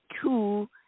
two